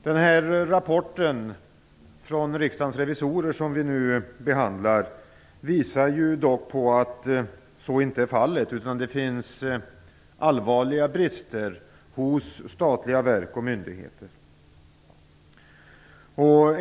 Den rapport från Riksdagens revisorer som vi nu behandlar visar dock på att så inte är fallet. Det finns allvarliga brister hos statliga verk och myndigheter.